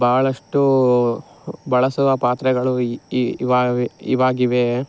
ಬಹಳಷ್ಟು ಬಳಸದ ಪಾತ್ರೆಗಳು ಇವೆ ಇವಾಗಿವೆ